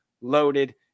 loaded